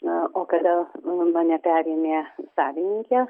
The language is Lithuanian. na o kada mane perėmė savininkė